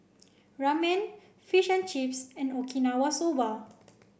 Ramen Fish and Chips and Okinawa Soba